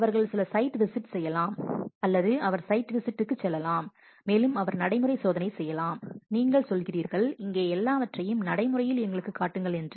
அவர்கள் சில site visit செய்யலாம் அல்லது அவர் சைட் விசிட்டிற்குச் செல்லலாம் மேலும் அவர் நடைமுறை சோதனை செய்யலாம் நீங்கள் சொல்கிறீர்கள் இங்கே எல்லாவற்றையும் நடைமுறையில் எங்களுக்குக் காட்டுங்கள் என்று